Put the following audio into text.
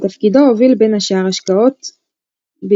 בתפקידו הוביל בין השאר השקעות בישקר,